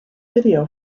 video